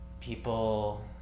people